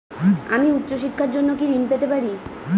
আমি উচ্চশিক্ষার জন্য কি ঋণ পেতে পারি?